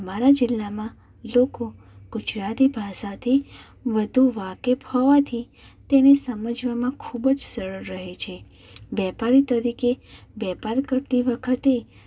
અમારા જિલ્લામાં લોકો ગુજરાતી ભાષાથી વધુ વાકેફ હોવાથી તેને સમજવામાં ખૂબ જ સરળ રહે છે વેપારી તરીકે વેપાર કરતી વખતે